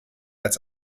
als